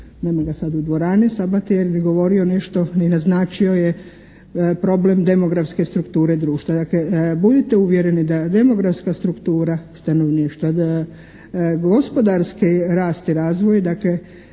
nema ga sada u dvorani Sabati, je govorio nešto, naznačio je problem demografske strukture društva. Budite uvjereni da demografska struktura stanovništva, gospodarski rast i razvoj je